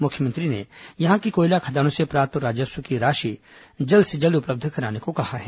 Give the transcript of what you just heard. मुख्यमंत्री ने यहां की कोयला खदानों से प्राप्त कर राजस्व की राशि जल्द से जल्द उपलब्ध कराने को कहा है